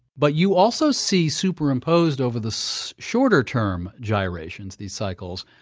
but you also see superimposed over the so shorter-term gyrations, these cycles,